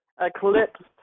eclipsed